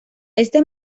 este